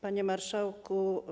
Panie Marszałku!